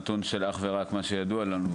כל נתון שיינתן פה זה נתון של אך ורק מה שידוע לנו,